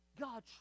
God